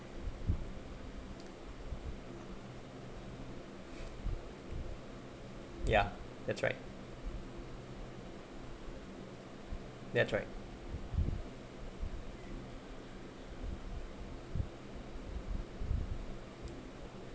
ya that's right that's right